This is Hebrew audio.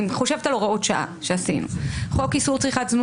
אני חושבת על הוראות שעה שעשינו: חוק איסור צריכת זנות